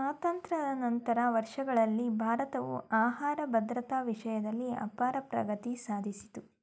ಸ್ವಾತಂತ್ರ್ಯ ನಂತರದ ವರ್ಷಗಳಲ್ಲಿ ಭಾರತವು ಆಹಾರ ಭದ್ರತಾ ವಿಷಯ್ದಲ್ಲಿ ಅಪಾರ ಪ್ರಗತಿ ಸಾದ್ಸಿತು